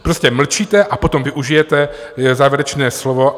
Prostě mlčíte a potom využijete závěrečné slovo.